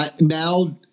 now